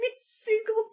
single